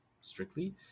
strictly